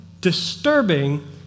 disturbing